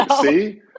See